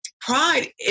pride